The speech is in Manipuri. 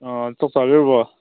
ꯆꯥꯛ ꯆꯥꯗ꯭ꯔꯤꯕꯣ